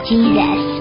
Jesus